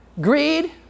greed